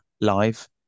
live